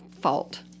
fault